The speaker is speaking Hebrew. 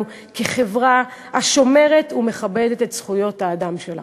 כחברה השומרת ומכבדת את זכויות האדם שלה.